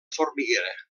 formiguera